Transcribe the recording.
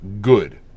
good